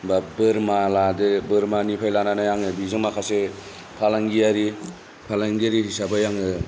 बा बोरमा लादो बोरमानिफ्राय लानानै आङो बिजों माखासे फालांगियारि फालांगियारि हिसाबै आङो